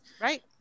Right